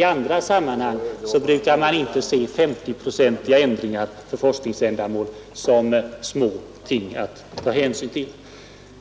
I andra sammanhang brukar man inte betrakta 50-procentiga anslagsändringar för forskningsändamål som små ting att ta hänsyn till.